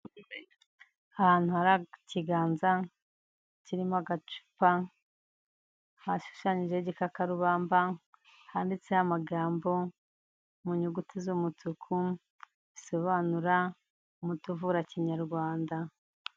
Ahantu hari ikiganza kirimo agapa hashushanyijeho igikakarubamba, handitseho amagambo mu nyuguti z'umutuku zisobanura umuti uvura kinyarwanda.